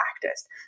practiced